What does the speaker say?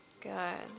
Good